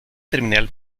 terminal